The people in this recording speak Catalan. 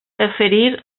oferir